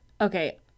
Okay